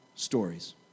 stories